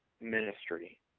ministry